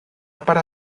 para